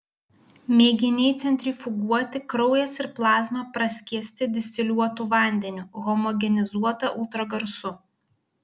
mėginiai centrifuguoti kraujas ir plazma praskiesti distiliuotu vandeniu homogenizuota ultragarsu